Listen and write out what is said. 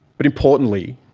but importantly,